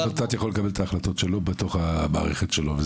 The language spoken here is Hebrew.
ות"ת יכול לקבל את ההחלטות שלו בתוך המערכת שלו.